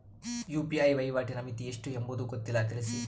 UPI ವಹಿವಾಟಿನ ಮಿತಿ ಎಷ್ಟು ಎಂಬುದು ಗೊತ್ತಿಲ್ಲ? ತಿಳಿಸಿ?